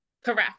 Correct